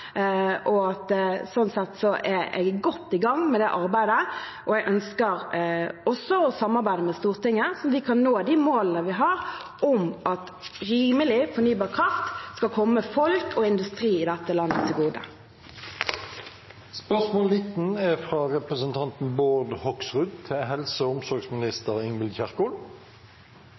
sånn sett er jeg godt i gang med det arbeidet, og jeg ønsker også å samarbeide med Stortinget. Vi kan nå de målene vi har om at rimelig fornybar kraft skal komme folk og industri i dette landet til